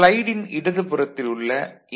ஸ்லைடின் இடது புறத்தில் உள்ள என்